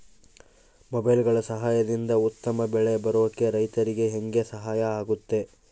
ಮೊಬೈಲುಗಳ ಸಹಾಯದಿಂದ ಉತ್ತಮ ಬೆಳೆ ಬರೋಕೆ ರೈತರಿಗೆ ಹೆಂಗೆ ಸಹಾಯ ಆಗುತ್ತೆ?